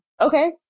Okay